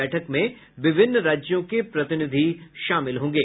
बैठक में विभिन्न राज्यों के प्रतिनिधि शामिल होंगे